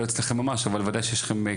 ממש, אבל וודאי שיש לכם.